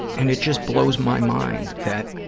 and it just blows my mind that